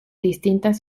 distintas